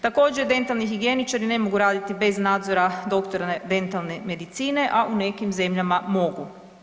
Također dentalni higijeničari ne mogu raditi bez nadzora doktora dentalne medicine, a u nekim zemljama mogu.